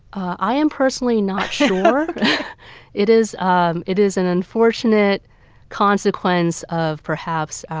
i am personally not sure it is um it is an unfortunate consequence of, perhaps,